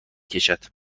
کشد